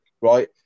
Right